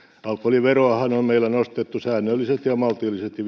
alkoholiveroahan on meillä nostettu säännöllisesti ja maltillisesti